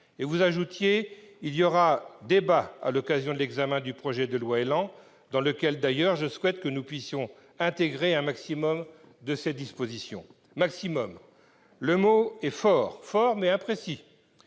». Vous ajoutiez :« il y aura débat à l'occasion de l'examen du projet de loi ÉLAN, dans lequel, d'ailleurs, je souhaite que nous puissions intégrer un maximum de ses dispositions ».« Maximum », le mot est fort ! Fort, mais imprécis